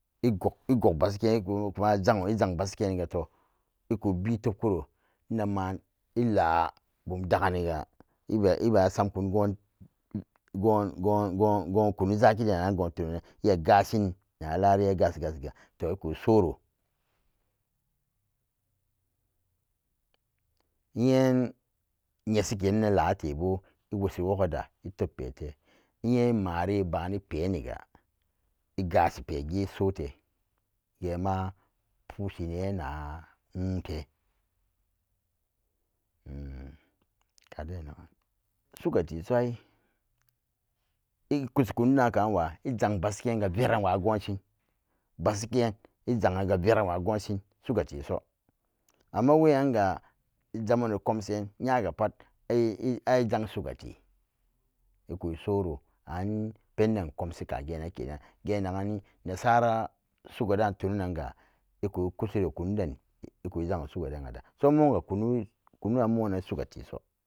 I'gog, i'gog bashiken iku, ikuma jango i'jang bashikeniga to iku bi tebkuro inan'ma ila bum daganiga iba iba samkun go'on, go'on, go'on, go'on kunun zaki den ango tuna-nan iya gashin na lariya i'gashi, gashi-ga to iku soro nyen nyashikenne late bo i'wosi wog ada itebpete nye immare ba'an ipenige i'gashipegi isote gema pushinena nwunte kade i'nagan sugateso ai ikusi kunuda ka'anwo izang bashikenga veranwa go'onshin bashiken izangi'ga veranwa go'onshin sugateso amma weyanga jamano komshin yagapat an izang sugate iku soro ang penden komsi kageen-nan kenan geenagen nesara sugadan tunanga iku kushiro kunuden iku zango sugaden kada so mo'on ga kunu, kunu'an mo'onan sugateso.